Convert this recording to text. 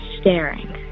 staring